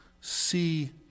see